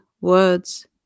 words